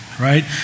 Right